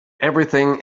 everything